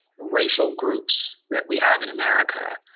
racial groups that we have in america, ah,